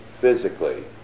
physically